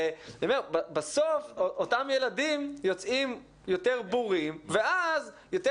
בסוף אותם ילדים יוצאים יותר בורים ואז יותר